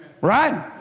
right